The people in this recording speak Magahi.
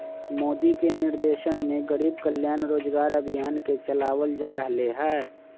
मोदी के निर्देशन में गरीब कल्याण रोजगार अभियान के चलावल जा रहले है